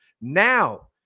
Now